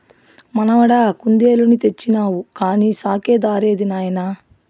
మనవడా కుందేలుని తెచ్చినావు కానీ సాకే దారేది నాయనా